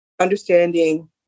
understanding